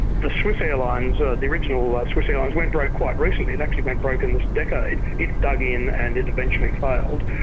the swiss airlines ah the original swiss airlines went broke quite recently, it actually went broke in this decade it dug in and it eventually failed.